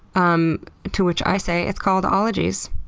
um to which i say, it's called ologies.